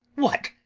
what,